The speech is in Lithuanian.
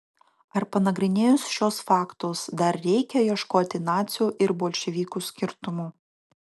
ar panagrinėjus šiuos faktus dar reikia ieškoti nacių ir bolševikų skirtumų